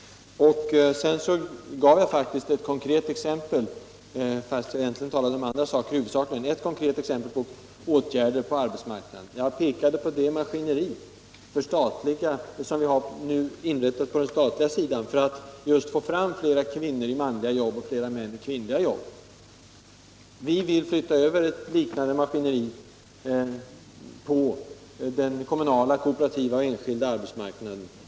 Jag gav faktiskt ett konkret exempel på åtgärder för jämställdhet på arbetsmarknaden. Jag pekade på det maskineri som vi nu inrättat på den statliga sidan för att få fler kvinnor i manliga jobb och fler män i kvinnliga arbeten. Vi vill ha ett liknande maskineri på den kommunala, kooperativa och enskilda arbetsmarknaden.